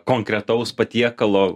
konkretaus patiekalo